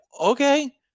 okay